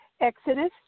Exodus